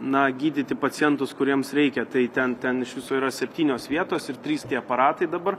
na gydyti pacientus kuriems reikia tai ten ten iš viso yra septynios vietos ir trys tie aparatai dabar